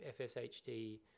FSHD